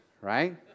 right